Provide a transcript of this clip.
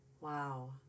wow